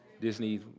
Disney